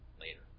later